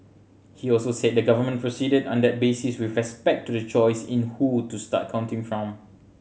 he also said the government proceeded on that basis with respect to the choice in who to start counting from